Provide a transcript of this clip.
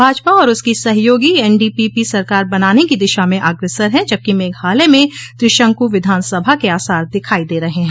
भाजपा और उसकी सहयोगी एनडीपीपी सरकार बनाने की दिशा में अगसर है जबकि मेघालय में त्रिशंकु विधानसभा के आसार दिखाई दे रहे हैं